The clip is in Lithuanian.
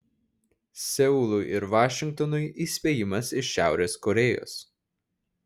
seului ir vašingtonui įspėjimas iš šiaurės korėjos